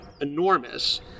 enormous